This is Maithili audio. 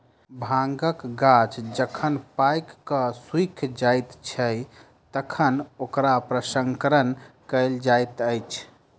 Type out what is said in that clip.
भांगक गाछ जखन पाइक क सुइख जाइत छै, तखन ओकरा प्रसंस्करण कयल जाइत अछि